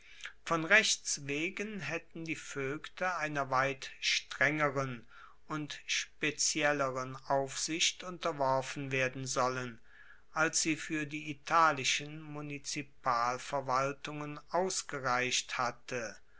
von rechts wegen haetten die voegte einer weit strengeren und spezielleren aufsicht unterworfen werden sollen als sie fuer die italischen munizipalverwaltungen ausgereicht hatte